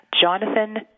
Jonathan